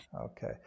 Okay